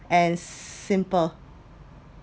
as simple